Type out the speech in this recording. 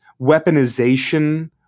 weaponization